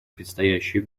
предстоящие